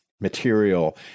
material